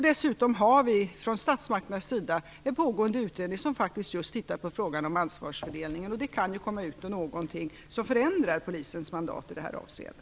Dessutom har vi från statsmakternas sida en pågående utredning som faktiskt ser över just frågan om ansvarsfördelningen, och det kan resultera i någonting som förändrar polisens mandat i detta avseende.